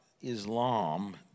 Islam